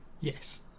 Yes